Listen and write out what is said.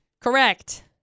Correct